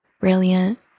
brilliant